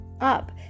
up